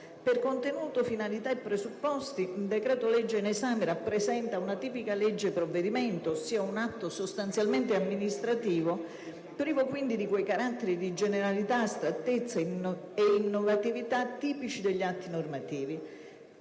Per contenuto, finalità e presupposti il decreto-legge in esame rappresenta una tipica legge provvedimento, ossia un atto sostanzialmente amministrativo privo quindi di quei caratteri di generalità, astrattezza e innovatività tipici degli atti normativi.